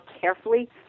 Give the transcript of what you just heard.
carefully